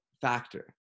factor